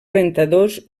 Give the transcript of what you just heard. rentadors